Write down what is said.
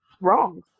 wrong